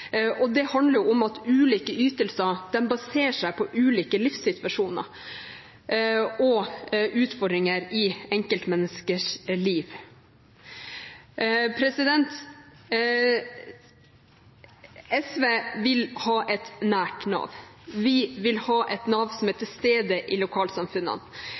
Det handler om at ulike ytelser baseres på ulike livssituasjoner og utfordringer i enkeltmenneskers liv. Sosialistisk Venstreparti vil ha et nært Nav. Vi vil ha et Nav som er til stede i lokalsamfunnene.